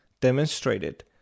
demonstrated